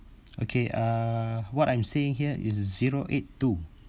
okay uh what I'm seeing here is zero eight two